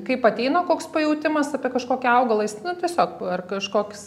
kaip ateina koks pajautimas apie kažkokį augalą jis nu tiesiog ar kažkoks